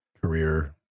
career